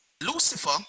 Lucifer